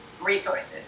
resources